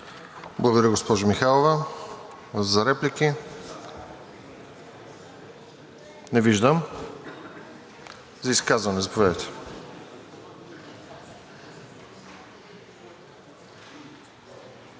Благодаря, госпожо Михайлова. За реплики? Не виждам. За изказване – заповядайте.